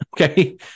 Okay